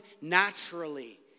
naturally